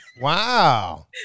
Wow